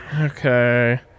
Okay